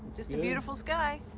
just a beautiful sky.